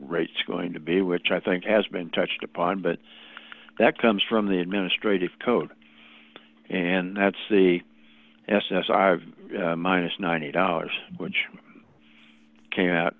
rates going to be which i think has been touched upon but that comes from the administrative code and that's the s s i minus ninety dollars which came out